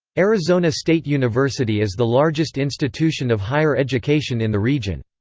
arizona state university is the largest institution of higher education in the region.